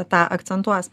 tą akcentuos